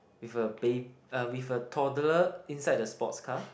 with a ba~ uh with a toddler inside the sports car